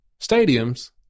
stadiums